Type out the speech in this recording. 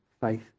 faith